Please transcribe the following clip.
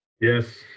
Yes